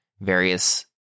various